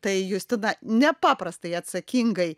tai justina nepaprastai atsakingai